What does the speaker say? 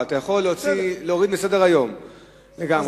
אבל אתה יכול להוריד מסדר-היום לגמרי.